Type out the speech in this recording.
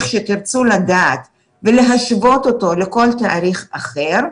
שתרצו ולהשוות אותו לכל תאריך אחר.